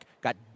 got